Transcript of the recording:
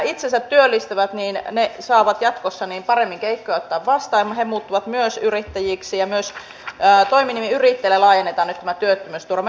toivon vaikka me kuulumme tietysti lännen rintamaan ja kunnioitamme pakotteita ja monta muutakin seikkaa on nyt venäjän viennin esteenä siitä huolimatta